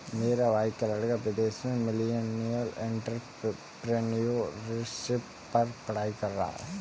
मेरे भाई का लड़का विदेश में मिलेनियल एंटरप्रेन्योरशिप पर पढ़ाई कर रहा है